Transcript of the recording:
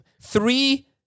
Three